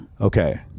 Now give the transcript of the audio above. Okay